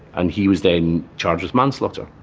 and he was then charged with manslaughter.